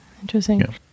interesting